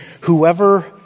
Whoever